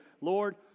Lord